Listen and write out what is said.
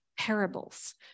parables